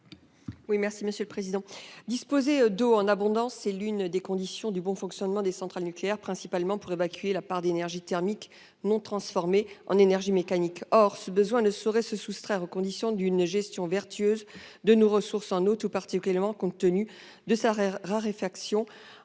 Catherine Belrhiti. Disposer d'eau en abondance est l'une des conditions du bon fonctionnement des centrales nucléaires, principalement pour évacuer la part d'énergie thermique non transformée en énergie mécanique. Or ce besoin ne saurait se soustraire aux conditions d'une gestion vertueuse de nos ressources en eau, compte tenu de la raréfaction